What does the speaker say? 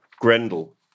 Grendel